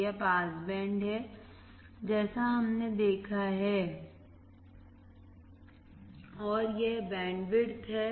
यह pass band है जैसा हमने देखा है और यह बैंडविड्थ है